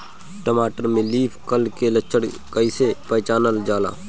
टमाटर में leaf curl के लक्षण कइसे पहचानल जाला?